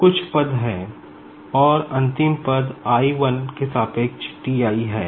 कुछ पद हैं और अंतिम पद i - 1 के सापेक्ष Ti है